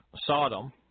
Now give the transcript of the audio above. Sodom